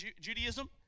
Judaism